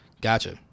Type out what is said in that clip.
Gotcha